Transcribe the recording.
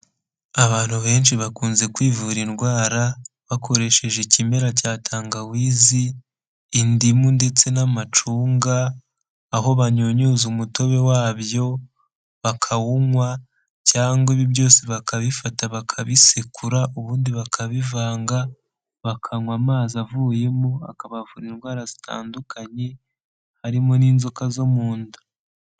Abantu benshi bakunze kwivura indwara bakoresheje ikimera cya tangawizi, indimu ndetse n'amacunga aho banyunyuza umutobe wabyo bakawunywa cyangwa ibi byose bakabifata bakabisekura ubundi bakabivanga bakanywa amazi avuyemo, akabavura indwara zitandukanye harimo n'inzoka zo mu nda.